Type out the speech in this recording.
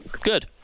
Good